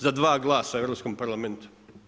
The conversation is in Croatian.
Za 2 glasa u Europskom parlamentu.